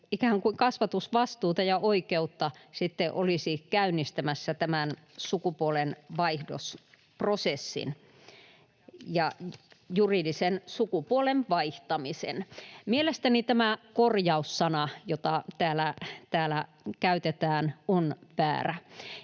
vanhempien kasvatusvastuuta ja -oikeutta olisi käynnistämässä sukupuolenvaihdosprosessin ja juridisen sukupuolen vaihtamisen. Mielestäni tämä ”korjaus”-sana, jota täällä käytetään, on väärä.